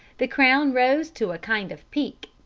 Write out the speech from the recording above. the crown rose to a kind of peak,